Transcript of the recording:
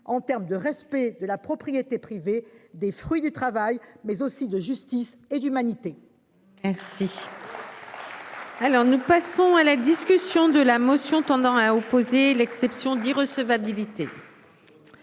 en termes de respect de la propriété privée des fruits du travail mais aussi de justice et d'humanité. Alors, nous passons à la discussion de la motion tendant à opposer l'exception d'irrecevabilité.